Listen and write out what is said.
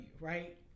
right